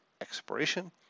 expiration